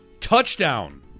touchdown